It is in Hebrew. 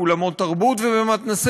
אני בעד השקעה באולמות תרבות ובמתנ"סים.